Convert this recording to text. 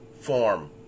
form